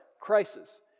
crisis